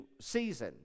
season